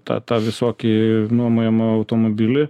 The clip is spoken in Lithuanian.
tą tą visokį nuomojamą automobilį